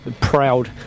proud